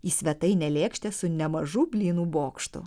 į svetainę lėkštę su nemažu blynų bokštu